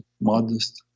modest